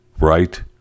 Right